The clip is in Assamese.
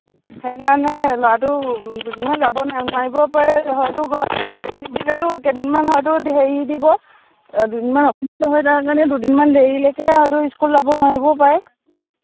সেইকাৰণে ল'ৰাটো দুদিনমান যাব নোৱাৰিবও পাৰে হয়তো ঘৰত এডমিট দিলেটো কেইদিনমান হয়তো হেৰি দিব দুদিনমান অসুস্থ হৈ থকা কাৰণে দুদিনমান দেৰিলৈকে হয়তো স্কুল যাব নোৱাৰিব পাৰে